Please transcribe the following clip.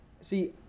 See